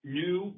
new